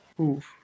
Oof